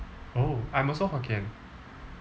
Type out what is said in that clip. oh I'm also hokkien